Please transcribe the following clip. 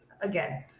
Again